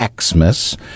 Xmas